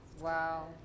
Wow